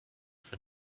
for